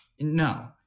no